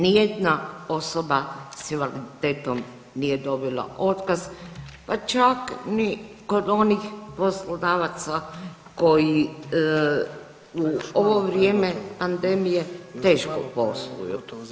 Nijedna osoba s invaliditetom nije dobila otkaz pa čak ni kod onih poslodavaca koji u ovo vrijeme pandemije teško posluju.